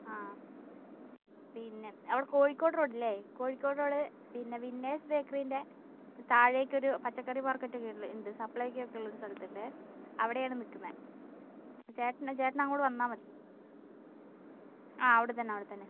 ആ പിന്നെ അവിടെ കോഴിക്കോട് റോഡില്ലേ കോഴിക്കോട് റോഡ് പിന്നെ വിന്നേഴ്സ് ബേക്കറീൻ്റെ താഴേക്ക് ഒരു പച്ചക്കറി മാർക്കറ്റ് ഒക്കെ ഉണ്ട് സപ്ലൈക്കോ ഒക്കെ ഉള്ള ഒരുസ്ഥലത്തുണ്ടേ അവിടെയാണ് നിൽക്കുന്നെ ചേട്ടൻ ചേട്ടനങ്ങോട്ട് വന്നാൽ മതി ആ അവിടെ തന്നെ അവിടെ തന്നെ